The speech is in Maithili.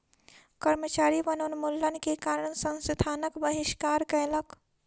कर्मचारी वनोन्मूलन के कारण संस्थानक बहिष्कार कयलक